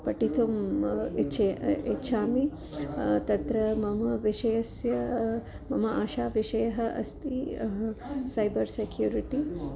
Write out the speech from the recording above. पठितुम् इच्छा इच्छामि तत्र मम विषयस्य मम आशाविषयः अस्ति सैबर् सेक्यूरिटि